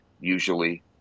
usually